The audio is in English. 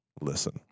listen